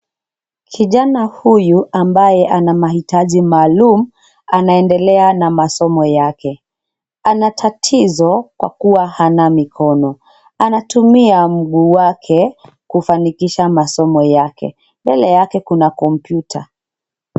Kijana huyu ambaye ana mahitaji maalum anaendelea na masomo yake. Anatatizo kwa kua hana mikono. Anatumia mguu wake kufanikisha masomo yake. Mbele yake kuna kompyuta.